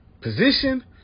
position